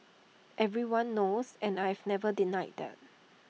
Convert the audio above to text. everyone knows and I have never denied that